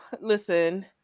Listen